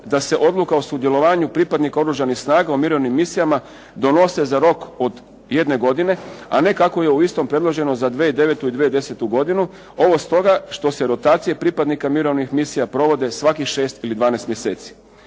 da se odluka o sudjelovanju pripadnika Oružanih snaga u mirovnim misijama donose za rok od jedne godine a ne kako je u istom predloženo za 2009. i 2010. godinu. Ovo stoga što se rotacije pripadnika mirovnih misija provode svakih 6 ili 12 mjeseci.